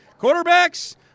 Quarterbacks